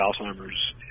Alzheimer's